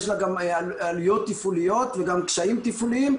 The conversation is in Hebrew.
יש לה גם עלויות תפעוליות וגם קשיים תפעוליים,